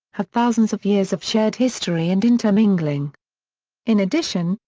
have thousands of years of shared history and inter-mingling. in addition,